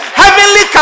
heavenly